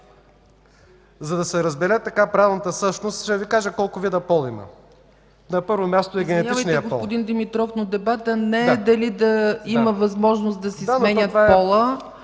За да се разбере правната същност, ще Ви кажа колко вида пол има. На първо място е генетичният пол. ПРЕДСЕДАТЕЛ ЦЕЦКА ЦАЧЕВА: Извинявайте, господин Димитров, но дебатът не е дали да има възможност да си сменят пола,